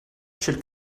should